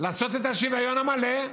לעשות את השוויון המלא,